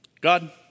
God